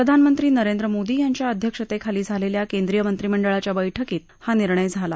प्रधानमत्ती नरेंद्र मोदी याच्या अध्यक्षतेखाली झालेल्या केंद्रीय मक्रिमेहक्राच्या बैठकीत हा निर्णय झाला